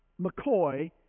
McCoy